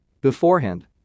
beforehand